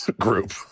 group